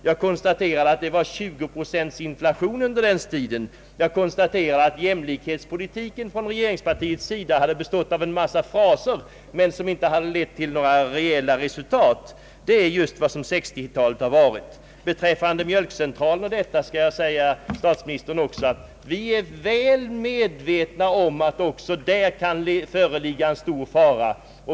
Jag konstaterade att vi har en 20-procentig inflation och att jämlikhetspolitiken från regeringens sida bara hade bestått av en mängd fraser som inte ledde till några reella resultat. Det är vad 1960-talet har inneburit. Beträffande förhållandena vid t.ex. mejerierna och koncentrationen där är vi också väl medvetna om att det kan föreligga en stor fara.